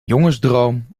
jongensdroom